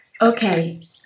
Okay